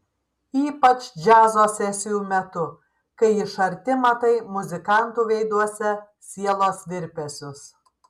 ypač džiazo sesijų metu kai iš arti matai muzikantų veiduose sielos virpesius